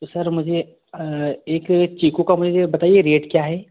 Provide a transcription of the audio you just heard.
तो सर मुझे एक चीकू का मुझे बताइए रेट क्या है